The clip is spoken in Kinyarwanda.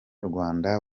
rwanda